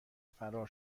فرار